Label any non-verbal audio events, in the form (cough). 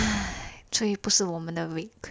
(noise) 所以不是我们的 week